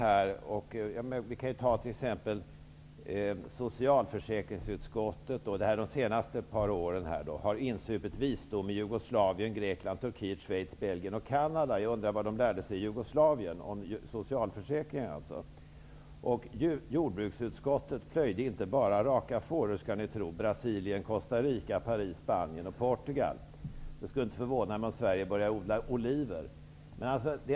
Under de senaste åren har exempelvis socialförsäkringsutskottet insupit visdom från Jugoslavien, Grekland, Turkiet, Schweiz, Belgien och Canada. Jag undrar vad de ledamöterna lärde sig om socialförsäkringar i Jugoslavien. Jordbruksutskottet plöjde inte bara raka fåror skall ni tro -- Brasilien, Costa Rica, Paris, Spanien och Portugal. Det skulle inte förvåna mig om det börjas odla oliver i Sverige.